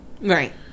Right